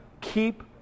keep